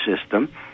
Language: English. system